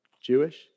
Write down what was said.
Jewish